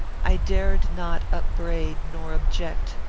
i dared not upbraid, nor object.